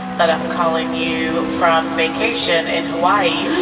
but i'm calling you from vacation in hawaii.